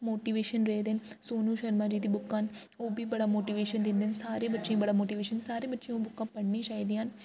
motivation रेह् दे न सोनु शर्मा जी दी बुक्कां न ओह् बी बड़ा मोटिवेशन दिंदे न सारे बच्चे ई बड़ा मोटिवेशन सारे बच्चें ओह् बुक्कां पढ़नी चाहिदियां न